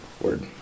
Word